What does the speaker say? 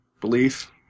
belief